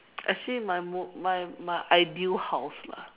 actually my most my my ideal house lah